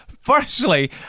Firstly